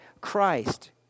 Christ